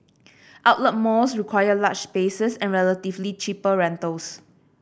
outlet malls require large spaces and relatively cheaper rentals